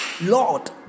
Lord